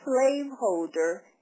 slaveholder